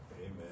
Amen